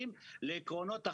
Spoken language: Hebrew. במרץ?